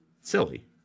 silly